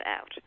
out